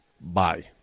bye